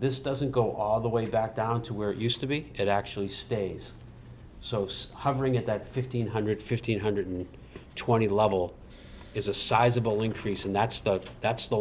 this doesn't go all the way back down to where it used to be it actually stays so it's hovering at that fifteen hundred fifteen hundred twenty level is a sizable increase and that's that's the